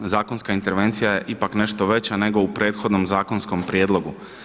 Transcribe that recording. Zakonska intervencija je ipak nešto veća nego u prethodnom zakonskom prijedlogu.